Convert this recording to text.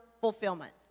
fulfillment